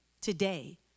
today